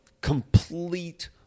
Complete